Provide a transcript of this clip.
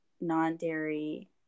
non-dairy